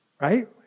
right